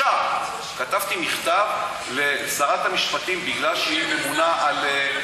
ישר כתבתי מכתב לשרת המשפטים, מפני שהיא ממונה על,